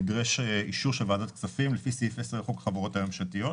נדרש אישור של ועדת הכספים לפי סעיף 10 לחוק החברות הממשלתיות,